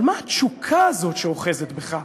אבל מה התשוקה הזאת שאוחזת בך,